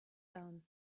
down